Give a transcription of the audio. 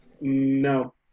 no